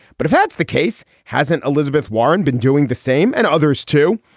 but if that's the case, hasn't elizabeth warren been doing the same? and others, too.